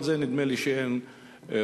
נדמה לי שעל זה אין חולקים.